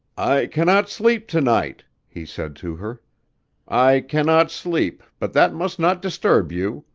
i cannot sleep to-night, he said to her i cannot sleep but that must not disturb you.